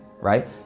right